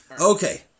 Okay